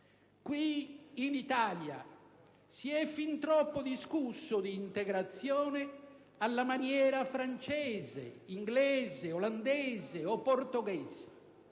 In Italia si è fin troppo discusso di integrazione alla maniera francese, inglese, olandese o portoghese: